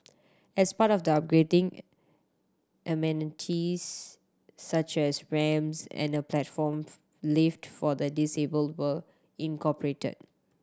as part of the upgrading amenities such as ramps and a platform lift for the disabled were incorporated